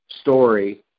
story